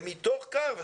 ומתוך כך,